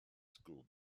school